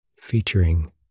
featuring